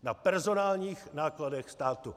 Na personálních nákladech státu!